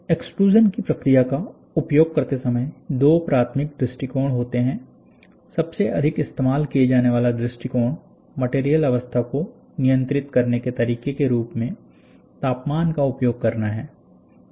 extrusion की प्रक्रिया का उपयोग करते समय दो प्राथमिक दृष्टिकोण होते हैं सबसे अधिक इस्तेमाल किए जाने वाला दृष्टिकोण मटेरियल अवस्था को नियंत्रित करने के तरीके के रूप में तापमान का उपयोग करना है